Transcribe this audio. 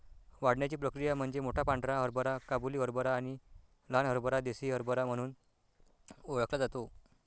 वाढण्याची प्रक्रिया म्हणजे मोठा पांढरा हरभरा काबुली हरभरा आणि लहान हरभरा देसी हरभरा म्हणून ओळखला जातो